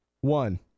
One